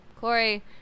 Corey